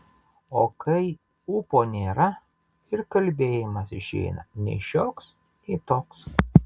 o kai ūpo nėra ir kalbėjimas išeina nei šioks nei toks